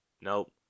nope